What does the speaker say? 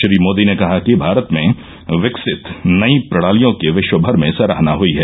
श्री मोदी ने कहा कि भारत में विकसित नई प्रणालियों की विश्वमर में सराहना हई है